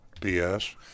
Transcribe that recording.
BS